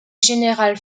général